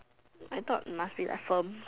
I thought must be like firm